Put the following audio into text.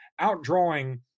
outdrawing